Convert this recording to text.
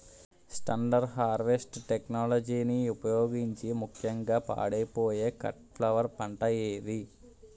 Standard harvest టెక్నాలజీని ఉపయోగించే ముక్యంగా పాడైపోయే కట్ ఫ్లవర్ పంట ఏది?